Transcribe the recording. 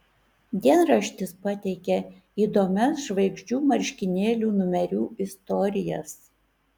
dienraštis pateikia įdomias žvaigždžių marškinėlių numerių istorijas